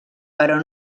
però